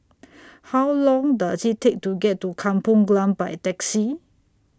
How Long Does IT Take to get to Kampung Glam By Taxi